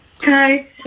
Okay